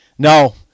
No